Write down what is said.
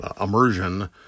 immersion